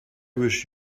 wish